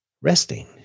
Resting